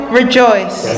rejoice